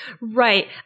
Right